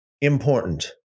important